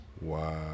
wow